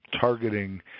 targeting –